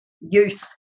Youth